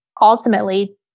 ultimately